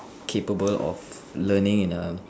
capable of learning in a